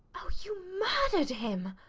oh! you murdered him.